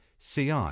CI